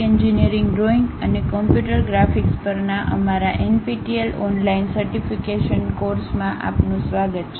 engineering drawing અને computer graphics પરના અમારા એનપીટીઈએલ ઓનલાઇન સર્ટિફિકેશન કોર્સમાં આપનું સ્વાગત છે